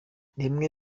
rimwe